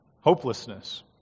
hopelessness